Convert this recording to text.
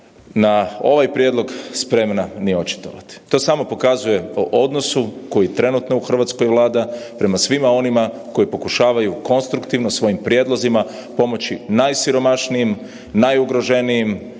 na ovaj prijedlog spremna ni očitovati. To samo pokazuje o odnosu koji trenutno u Hrvatskoj vlada prema svima onima koji pokušavaju konstruktivno svojim prijedlozima pomoći najsiromašnijim, najugroženijim,